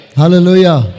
hallelujah